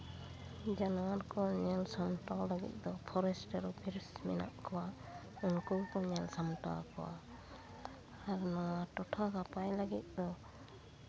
ᱡᱟᱱᱣᱟᱨ ᱠᱚ ᱧᱮᱞ ᱥᱟᱢᱴᱟᱣ ᱞᱟᱹᱜᱤᱫ ᱫᱚ ᱯᱷᱚᱨᱮᱥᱴᱟᱨ ᱚᱯᱷᱤᱥ ᱢᱮᱱᱟᱜ ᱠᱚᱣᱟ ᱩᱱᱠᱩ ᱜᱮᱠᱚ ᱧᱮᱞ ᱥᱟᱢᱴᱟᱣ ᱠᱚᱣᱟ ᱟᱨ ᱱᱚᱣᱟ ᱴᱚᱴᱷᱟ ᱱᱟᱯᱟᱭ ᱞᱟᱹᱜᱤᱫ ᱫᱚ